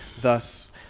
Thus